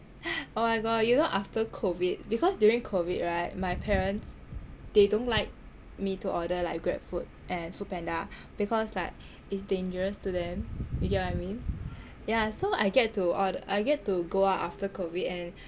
oh my god you know after COVID because during COVID right my parents they don't like me to order like Grab food and foodpanda because like it's dangerous to them you get what I mean yah so I get to or~ I get to go out after COVID and